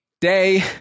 day